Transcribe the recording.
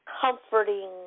comforting